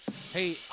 Hey